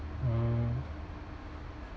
uh